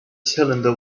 cylinder